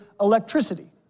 electricity